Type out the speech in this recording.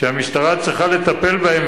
שהמשטרה צריכה לטפל בהם,